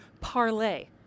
parlay